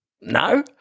no